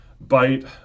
bite